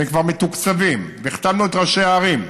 וכבר מתוקצבים, והחתמנו את ראשי הערים,